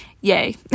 yay